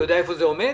אתה יודע איפה זה עומד?